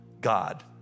God